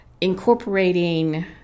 incorporating